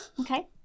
Okay